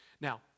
Now